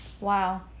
wow